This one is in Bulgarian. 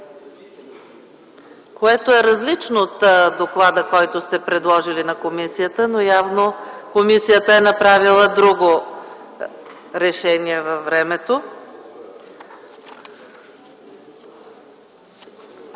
което е различно от доклада, който сте предложили на комисията, но явно комисията е направила друго решение във времето.